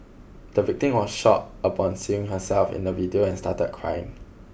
the victim was shocked upon seeing herself in the video and started crying